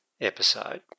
episode